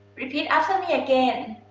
repeat after me again.